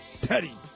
Teddy